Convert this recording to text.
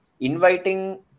inviting